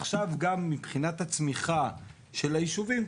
עכשיו גם מבחינת הצמיחה של היישובים,